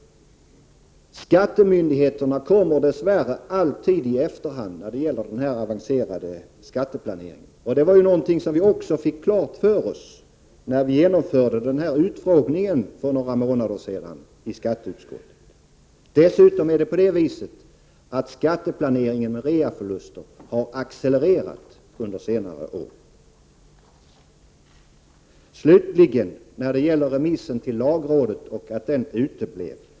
Skattemyndigheterna kommer dess värre alltid i efterhand när det gäller den avancerade skatteplaneringen — det var någonting som vi också fick klart för oss vid den utfrågning som skatteutskottet genomförde för några månader sedan. Dessutom har skatteplaneringen med reaförluster accelererat under senare år. Slutligen några ord om att det inte har skett någon remiss till lagrådet.